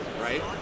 right